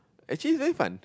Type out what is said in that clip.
actually it's quite fun